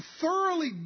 thoroughly